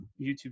YouTube